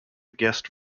guest